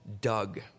Doug